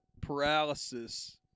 paralysis